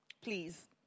please